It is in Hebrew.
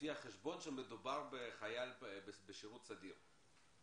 לפי החשבון שמדובר בחייל בשירות סדיר.